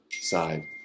side